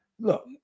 Look